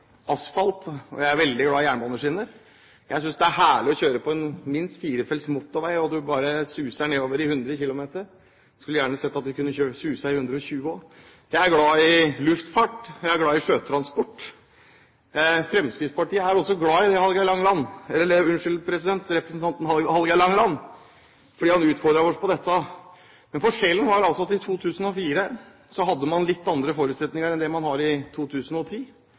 asfalt, og jeg er veldig glad i jernbaneskinner. Jeg synes det er herlig å kjøre på en minst firefelts motorvei og bare suse bortover i 100 kilometer i timen. Jeg skulle gjerne sett at vi kunne suse i 120 også. Jeg er glad i luftfart, jeg er glad i sjøtransport. Fremskrittspartiet er også glad i representanten Hallgeir H. Langeland, fordi han utfordret oss på dette. Men forskjellen er altså at i 2004 hadde man litt andre forutsetninger enn man har i 2010.